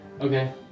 Okay